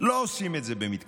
לא עושים את זה במתכוון,